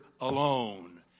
alone